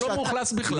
הוא לא מאוכלס בכלל.